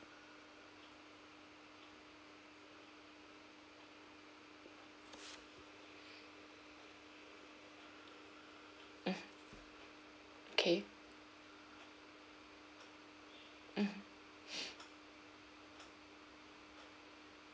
okay mm